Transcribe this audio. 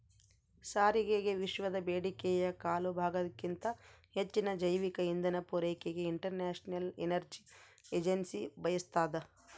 ಸಾರಿಗೆಗೆವಿಶ್ವದ ಬೇಡಿಕೆಯ ಕಾಲುಭಾಗಕ್ಕಿಂತ ಹೆಚ್ಚಿನ ಜೈವಿಕ ಇಂಧನ ಪೂರೈಕೆಗೆ ಇಂಟರ್ನ್ಯಾಷನಲ್ ಎನರ್ಜಿ ಏಜೆನ್ಸಿ ಬಯಸ್ತಾದ